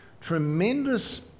tremendous